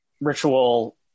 ritual